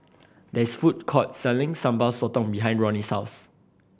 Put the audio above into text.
there is a food court selling Sambal Sotong behind Ronnie souse